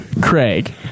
Craig